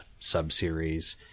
subseries